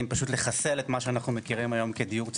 פשוט לחסל את מה שאנחנו מכירים היום כדיור ציבורי,